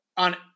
On